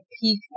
peak